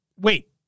wait